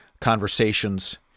conversations